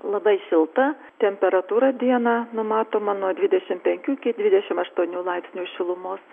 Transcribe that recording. labai šilta temperatūra dieną numatoma nuo dvidešim penkių iki dvidešim aštuonių laipsnių šilumos